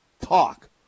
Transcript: talk